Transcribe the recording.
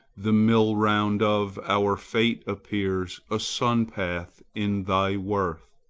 the mill-round of our fate appears a sun-path in thy worth.